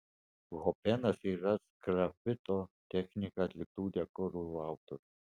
hopenas yra sgrafito technika atliktų dekorų autorius